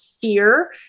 fear